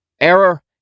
error